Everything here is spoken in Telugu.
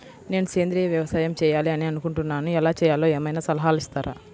నేను సేంద్రియ వ్యవసాయం చేయాలి అని అనుకుంటున్నాను, ఎలా చేయాలో ఏమయినా సలహాలు ఇస్తారా?